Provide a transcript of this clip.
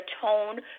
tone